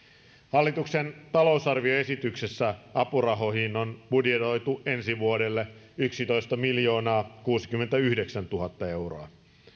hallituksen talousarvioesityksessä apurahoihin on budjetoitu ensi vuodelle yksitoistamiljoonaakuusikymmentäyhdeksäntuhatta euroa